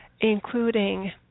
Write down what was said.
including